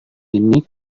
ini